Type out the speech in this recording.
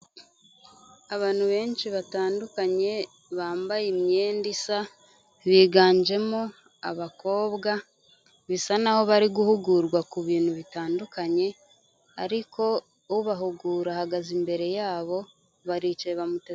Abantu benshi batandukanye bambaye imyenda isa, biganjemo abakobwa bisa naho bari guhugurwa ku bintu bitandukanye ariko ubahugura ahagaze imbere yabo baricaye bamuteza amatwi.